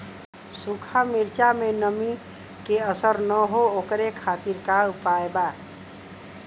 सूखा मिर्चा में नमी के असर न हो ओकरे खातीर का उपाय बा?